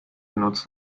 genutzt